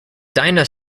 dinah